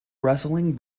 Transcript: wrestling